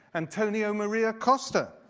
antonio maria costa,